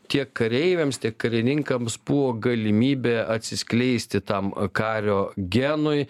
tiek kareiviams tiek karininkams buvo galimybė atsiskleisti tam kario genui